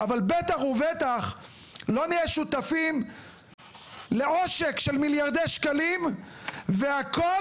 אבל בטח ובטח לא נהיה שותפים לעושק של מיליארדי שקלים והכול